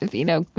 you know,